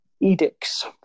edicts